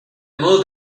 mood